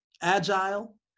agile